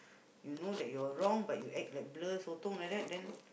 you know that you're wrong but you act like blur sotong like that then